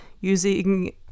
using